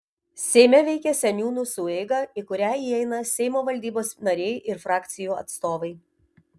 seime veikia seniūnų sueiga į kurią įeina seimo valdybos nariai ir frakcijų atstovai